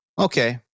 Okay